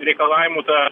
reikalavimų tą